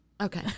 Okay